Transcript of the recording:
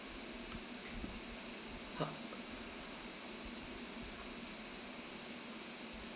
!huh!